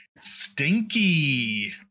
stinky